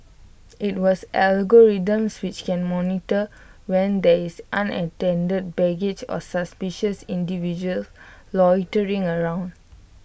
IT was algorithms which can monitor when there is unattended baggage or suspicious individuals loitering around